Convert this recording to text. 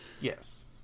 Yes